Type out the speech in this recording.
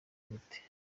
gute